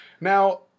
Now